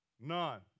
None